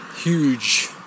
huge